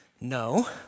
no